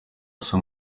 asa